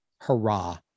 hurrah